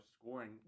scoring